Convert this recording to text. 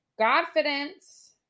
Confidence